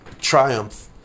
triumph